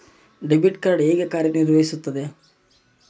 Debit card ಹೇಗೆ ಕಾರ್ಯನಿರ್ವಹಿಸುತ್ತದೆ?